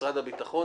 ומשרד הביטחון.